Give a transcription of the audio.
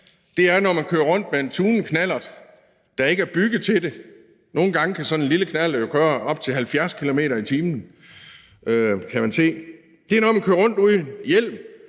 det er, når man kører rundt med en tunet knallert, der ikke er bygget til det. Nogle gange kan sådan en lille knallert jo køre op til 70 km/t., kan man se. Det er, når man kører rundt uden hjelm.